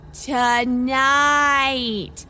tonight